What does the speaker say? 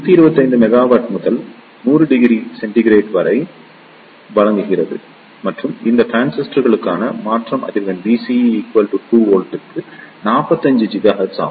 இது 125 மெகாவாட் முதல் 1000 C வரை வழங்குகிறது மற்றும் இந்த டிரான்சிஸ்டருக்கான மாற்றம் அதிர்வெண் VCE 2 V க்கு 45 GHz ஆகும்